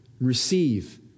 receive